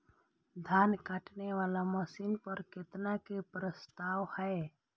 धान काटे वाला मशीन पर केतना के प्रस्ताव हय?